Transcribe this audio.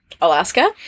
Alaska